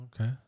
Okay